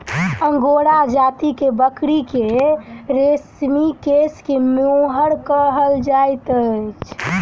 angora जाति के बकरी के रेशमी केश के मोहैर कहल जाइत अछि